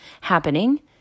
happening